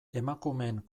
emakumeen